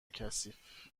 کثیف